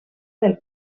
del